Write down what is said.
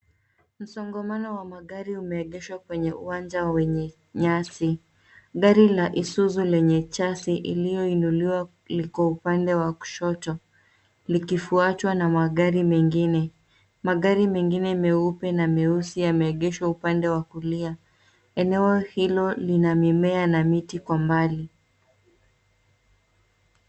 Msongamano wa magari umeegeshwa kwenye uwanja wenye nyasi. Gari la Isuzu lenye chasi iliyoinuliwa liko upande wa kushoto, likifuatwa na magari mengine. Magari mengine meupe na meusi yameegeshwa upande wa kulia. Eneo hilo lina mimea na miti kwa mbali.